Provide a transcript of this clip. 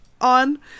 on